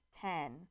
ten